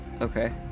Okay